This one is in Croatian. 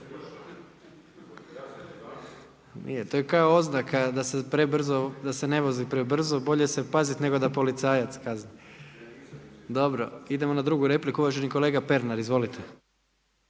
da se prebrzo, da se ne vozi prebrzo. Bolje se pazit, nego da policajac kazni. Dobro. Idemo na drugu repliku, uvaženi kolega Pernar. Izvolite.